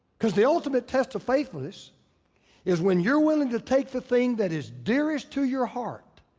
cause the ultimate test of faithfulness is when you're willing to take the thing that is dearest to your heart.